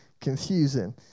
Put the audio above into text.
confusing